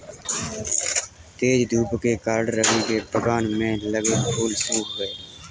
तेज धूप के कारण, रवि के बगान में लगे फूल सुख गए